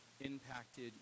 impacted